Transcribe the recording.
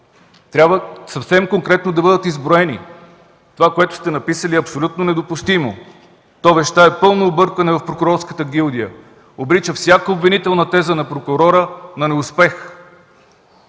да бъдат съвсем конкретно изброени. Това, което сте записали, е абсолютно недопустимо! То вещае пълно объркване в прокурорската гилдия, обрича всяка обвинителна теза на прокурора на неуспех.